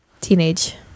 teenage